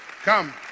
Come